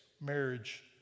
marriage